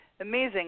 Amazing